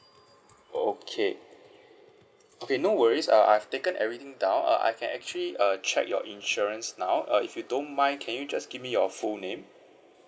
okay okay no worries uh I've taken everything down uh I can actually uh check your insurance now uh if you don't mind can you just give me your full name